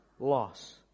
loss